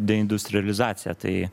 deindustrializacija tai